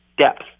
depth